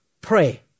pray